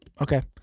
Okay